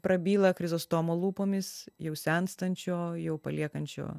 prabyla krizostomo lūpomis jau senstančio jau paliekančio